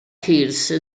hills